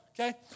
Okay